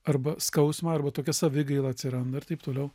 arba skausmą arba tokia savigaila atsiranda ir taip toliau